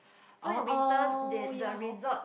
orh orh oh ya hor